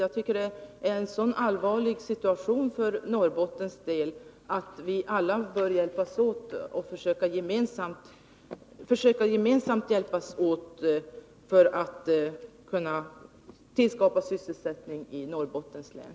Jag tycker att det är en så allvarlig situation för Norrbottens del att vi alla gemensamt bör hjälpas åt för att skapa sysselsättning i Norrbottens län.